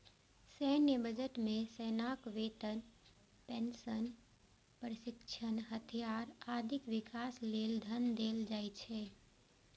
सैन्य बजट मे सेनाक वेतन, पेंशन, प्रशिक्षण, हथियार, आदिक विकास लेल धन देल जाइ छै